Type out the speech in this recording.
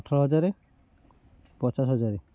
ଅଠର ହଜାର ପଚାଶ ହଜାର